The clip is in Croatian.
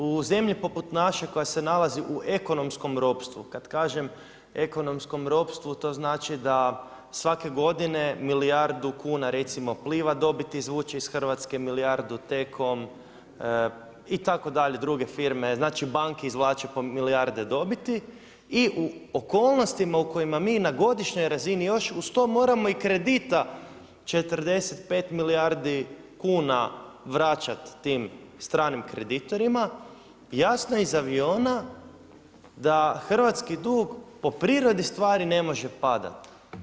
U zemlji poput naše koja se nalazi u ekonomskom ropstvu, kada kažem ekonomskom ropstvu to znači da svake godine milijardu kuna recimo Pliva dobit izvuče iz Hrvatske, milijardu TCOM itd. druge firme, znači banke izvlače po milijarde dobiti i u okolnostima u kojima mi na godišnjoj razini još uz to moramo i kredita 45 milijardi kuna vračati tim stranim kreditorima, jasno je iz aviona da hrvatski dug po prirodi stvari ne može padati.